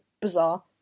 bizarre